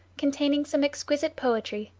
containing some exquisite poetry,